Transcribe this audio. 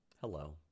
hello